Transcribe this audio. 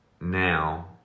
now